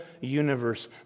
universe